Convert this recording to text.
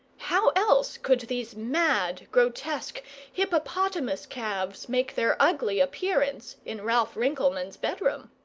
how else could these mad, grotesque hippopotamus-calves make their ugly appearance in ralph rinkelmann's bed-room?